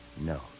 No